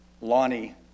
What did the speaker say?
Lonnie